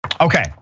Okay